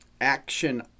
action